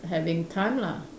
having time lah